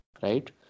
right